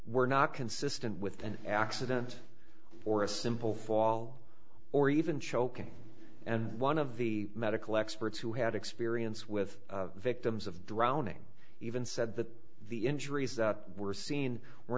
were not consistent with an accident or a simple fall or even choking and one of the medical experts who had experience with victims of drowning even said that the injuries that were seen were